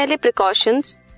Precautions